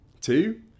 Two